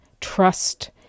trust